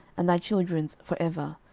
and thy children's for ever,